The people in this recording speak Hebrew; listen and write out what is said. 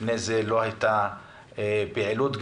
לא הייתה פעילות,